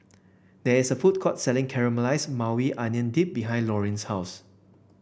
there is a food court selling Caramelize Maui Onion Dip behind Lorin's house